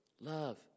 love